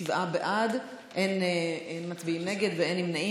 שבעה בעד, אין מצביעים נגד ואין נמנעים.